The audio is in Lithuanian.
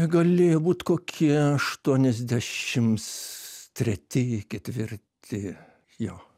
galėjo būt kokie aštuoniasdešimt treti ketvirti jo